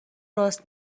راست